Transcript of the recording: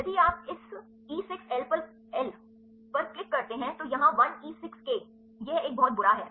यदि आप इस ई ६ एल पर क्लिक करते हैं तो यहां १ ई ६ k यह एक बहुत बुरा है